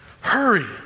hurry